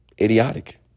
idiotic